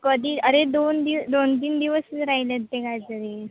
कधी अरे दोन दिव दोन तीन दिवसच राहिले आहेत ते काय तरी